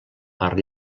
per